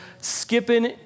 skipping